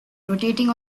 rotating